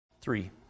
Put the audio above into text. Three